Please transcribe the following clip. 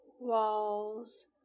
walls